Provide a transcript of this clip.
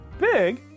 big